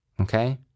okay